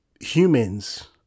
humans